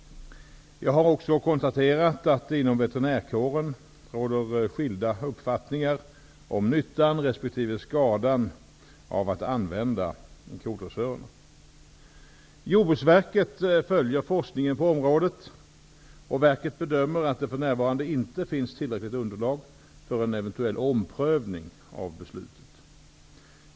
Jag har också konstaterat att det inom veterinärkåren råder skilda uppfattningar om nyttan resp. skadan av att använda kodressörer. Jordbruksverket följer forskningen på området, och verket bedömer att det för närvarande inte finns tillräckligt underlag för en eventuell omprövning av förbudet.